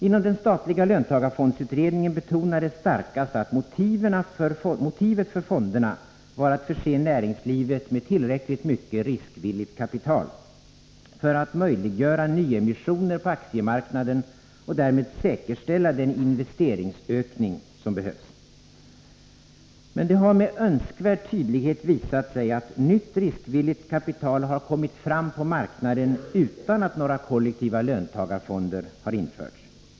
Inom den statliga löntagarfondsutredningen betonades starkast att motivet för fonderna var att näringslivet skulle förses med tillräckligt mycket riskvilligt kapital för att möjliggöra nyemissioner på aktiemarknaden och därmed säkerställa den investeringsökning som behövs. Det har med önskvärd tydlighet visat sig att nytt riskvilligt kapital har kommit fram på marknaden utan att några kollektiva löntagarfonder har införts.